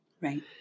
Right